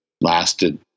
lasted